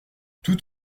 tout